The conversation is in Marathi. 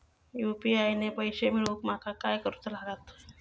यू.पी.आय ने पैशे मिळवूक माका काय करूचा लागात?